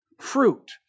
fruit